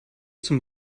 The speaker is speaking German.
zum